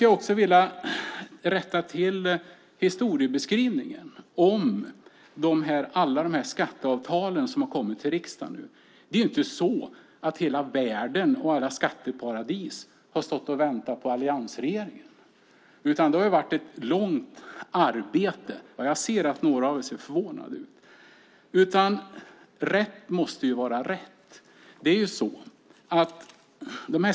Jag vill rätta till historieskrivningen om alla förslagen till skatteavtal som har kommit till riksdagen. Hela världen och alla skatteparadis har inte stått och väntat på alliansregeringen. Det har varit ett långt arbete. Jag ser att några av er ser förvånade ut. Rätt måste vara rätt.